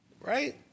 Right